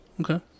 Okay